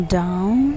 down